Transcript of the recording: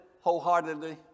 wholeheartedly